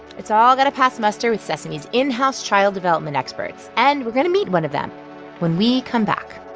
it's all got to pass muster with sesame's in-house child development experts. and we're going to meet one of them when we come back